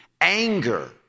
anger